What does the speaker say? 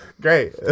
great